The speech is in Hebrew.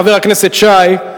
חבר הכנסת שי,